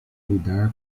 lidar